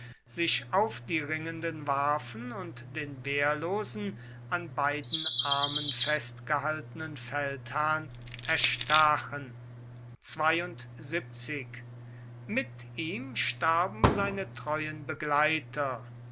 sich auf die ringenden warfen und den wehrlosen an beiden armen festgehaltenen feldherrn erstachen mit ihm starben seine treuen begleiter